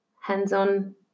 hands-on